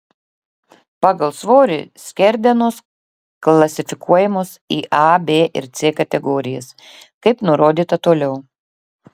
pagal svorį skerdenos klasifikuojamos į a b ir c kategorijas kaip nurodyta toliau